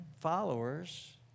followers